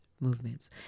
movements